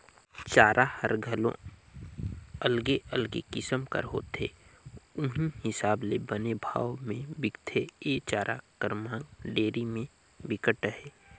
चारा हर घलोक अलगे अलगे किसम कर होथे उहीं हिसाब ले बने भाव में बिकथे, ए चारा कर मांग डेयरी में बिकट अहे